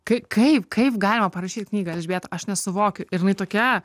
kaip kaip kaip galima parašyt knygą elžbieta aš nesuvokiu ir jinai tokia